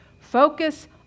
Focus